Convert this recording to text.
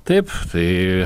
taip tai